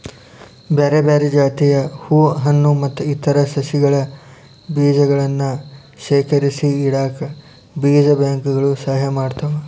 ಬ್ಯಾರ್ಬ್ಯಾರೇ ಜಾತಿಯ ಹೂ ಹಣ್ಣು ಮತ್ತ್ ಇತರ ಸಸಿಗಳ ಬೇಜಗಳನ್ನ ಶೇಖರಿಸಿಇಡಾಕ ಬೇಜ ಬ್ಯಾಂಕ್ ಗಳು ಸಹಾಯ ಮಾಡ್ತಾವ